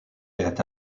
est